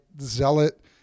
zealot